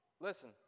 Listen